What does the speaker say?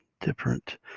different